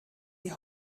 die